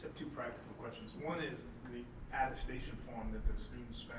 two practical questions. one is the attestation form that the students